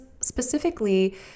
specifically